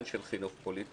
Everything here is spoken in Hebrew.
זה לא עניין של חינוך פוליטי,